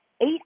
eight